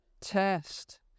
test